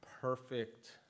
perfect